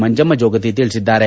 ಮಂಜಮ್ಮ ಜೋಗತಿ ತಿಳಿಸಿದ್ದಾರೆ